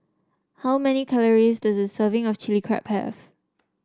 how many calories does a serving of Chili Crab have